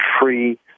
free